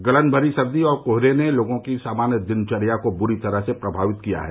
गलन भरी सर्दी और कोहरे ने लोगों की सामान्य दिनचर्या को बुरी तरह से प्रमावित किया है